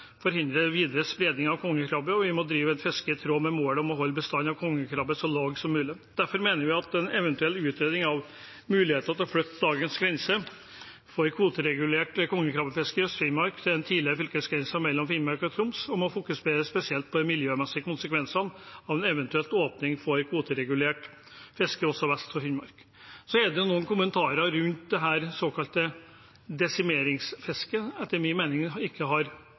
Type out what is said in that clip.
forhindre videre spredning av kongekrabbe, og vi må drive et fiske i tråd med målet om å holde bestanden av kongekrabbe så lav som mulig. Derfor mener vi man eventuelt må utrede muligheten for å flytte dagens grense for det kvoteregulerte kongekrabbefisket i Øst-Finnmark til den tidligere fylkesgrensen mellom Finnmark og Troms og fokusere spesielt på de miljømessige konsekvensene av en eventuell åpning av kvoteregulert fiske også vest for Finnmark. Så har jeg noen kommentarer til det såkalte desimeringsfisket, som etter min mening ikke har